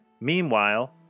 Meanwhile